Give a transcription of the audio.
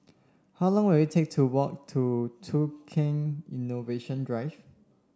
how long will it take to walk to Tukang Innovation Drive